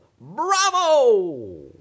Bravo